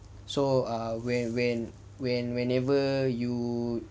so err when when when whenever you